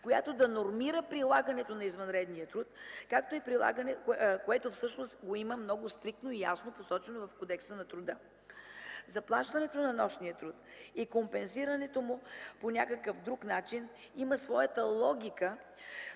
която да нормира прилагането на извънредния труд, което всъщност го има много стриктно и ясно посочено в Кодекса на труда. Заплащането на нощния труд и компенсирането му по някакъв друг начин има своята логика,